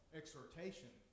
exhortation